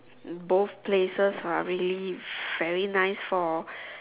both places are really very nice for